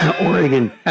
Oregon